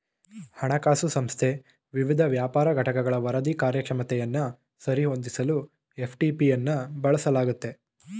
ಹಣಕಾಸು ಸಂಸ್ಥೆ ವಿವಿಧ ವ್ಯಾಪಾರ ಘಟಕಗಳ ವರದಿ ಕಾರ್ಯಕ್ಷಮತೆಯನ್ನ ಸರಿ ಹೊಂದಿಸಲು ಎಫ್.ಟಿ.ಪಿ ಅನ್ನ ಬಳಸಲಾಗುತ್ತೆ